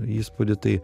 įspūdį tai